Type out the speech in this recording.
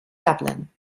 dublin